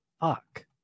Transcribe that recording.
fuck